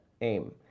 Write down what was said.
aim